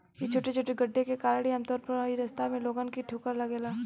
इ छोटे छोटे गड्ढे के कारण ही आमतौर पर इ रास्ता में लोगन के ठोकर लागेला